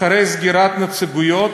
אחרי סגירת נציגויות,